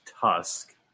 Tusk